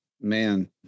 Man